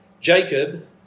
Jacob